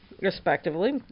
respectively